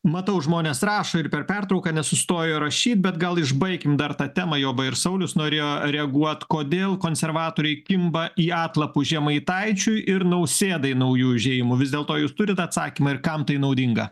matau žmonės rašo ir per pertrauką nesustojo rašyt bet gal išbaikim dar tą temą juoba ir saulius norėjo reaguot kodėl konservatoriai kimba į atlapus žemaitaičiui ir nausėdai nauju užėjimu vis dėlto jūs turit atsakymą ir kam tai naudinga